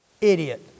idiot